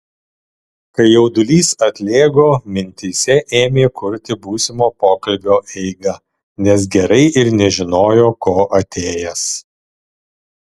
kai jaudulys atlėgo mintyse ėmė kurti būsimo pokalbio eigą nes gerai ir nežinojo ko atėjęs